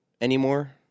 anymore